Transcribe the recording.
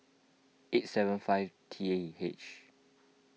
eight seven five T H